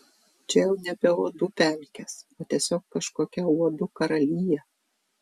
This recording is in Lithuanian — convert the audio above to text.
čia jau nebe uodų pelkės o tiesiog kažkokia uodų karalija